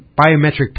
biometric